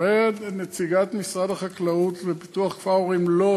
אומרת נציגת משרד החקלאות ופיתוח הכפר: לא,